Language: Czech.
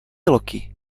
loki